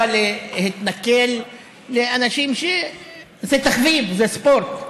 להתנכל דווקא לאנשים, זה תחביב, זה ספורט.